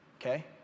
Okay